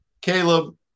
Caleb